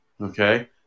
Okay